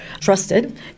trusted